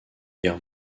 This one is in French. guerre